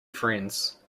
friends